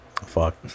Fuck